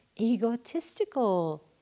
egotistical